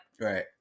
Right